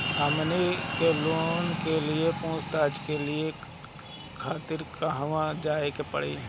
हमनी के लोन सेबा के बारे में पूछताछ करे खातिर कहवा जाए के पड़ी?